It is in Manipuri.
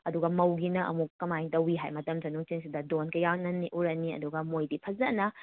ꯑꯗꯨꯒ ꯃꯧꯒꯤꯅ ꯑꯃꯨꯛ ꯀꯃꯥꯏꯅ ꯇꯧꯋꯤ ꯍꯥꯏ ꯃꯇꯝꯁꯤꯗ ꯅꯨꯡꯊꯤꯜꯁꯤꯗ ꯗꯣꯟꯀ ꯌꯥꯎꯅ ꯎꯔꯅꯤ ꯑꯗꯨꯒ ꯃꯣꯏꯗꯤ ꯐꯖꯅ